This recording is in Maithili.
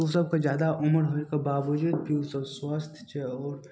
ओसभके जादा उम्र होइके बावजूद ओसभ स्वस्थ छै आओर